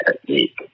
technique